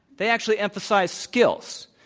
they actually emphasize skills.